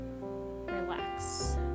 relax